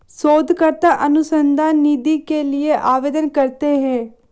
शोधकर्ता अनुसंधान निधि के लिए आवेदन करते हैं